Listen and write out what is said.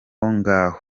ngaho